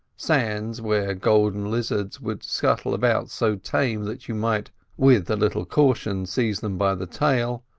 sands where golden lizards would scuttle about so tame that you might with a little caution seize them by the tail,